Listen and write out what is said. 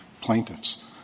plaintiffs